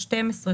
12,